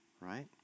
right